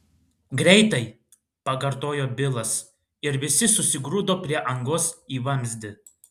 greitai pakartojo bilas ir visi susigrūdo prie angos į vamzdį